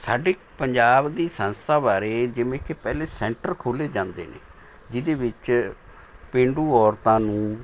ਸਾਡੀ ਪੰਜਾਬ ਦੀ ਸੰਸਥਾ ਬਾਰੇ ਜਿਵੇਂ ਕਿ ਪਹਿਲੇ ਸੈਂਟਰ ਖੋਲ੍ਹੇ ਜਾਂਦੇ ਨੇ ਜਿਹਦੇ ਵਿੱਚ ਪੇਂਡੂ ਔਰਤਾਂ ਨੂੰ